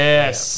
Yes